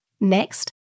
Next